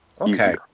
Okay